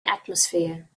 atmosphere